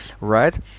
right